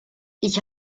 ich